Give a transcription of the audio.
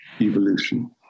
evolution